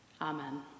Amen